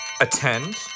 attend